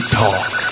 talk